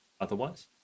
otherwise